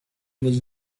was